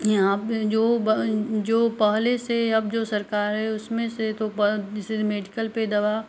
यहाँ पर जो जो पहले से अब जो सरकार है उसमें से तो ब जैसे मेडिकल पर दवा